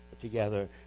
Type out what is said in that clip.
together